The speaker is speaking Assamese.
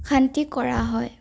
শান্তি কৰা হয়